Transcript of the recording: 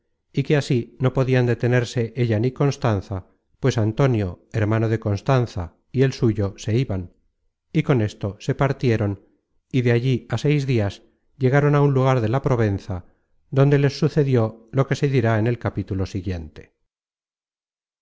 y que así no podian detenerse ella ni constanza pues antonio hermano de constanza y el suyo se iban y con esto se partieron y de allí á seis dias llegaron á un lugar de la provenza donde les sucedió lo que se dirá en el capítulo siguiente